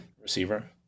Receiver